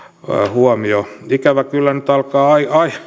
huomio ikävä kyllä nyt alkaa